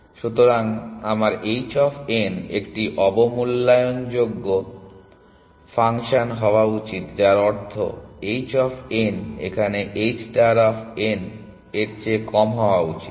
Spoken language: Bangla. সুতরাং আমার h অফ n একটি অবমূল্যায়নযোগ্য ফাংশন হওয়া উচিত যার অর্থ h অফ n এখানে h ষ্টার অফ n চেয়ে কম হওয়া উচিত